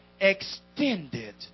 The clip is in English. Extended